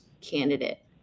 candidate